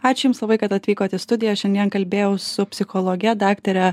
ačiū jums kad atvykot į studiją šiandien kalbėjau su psichologe daktare